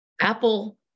Apple